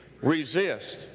resist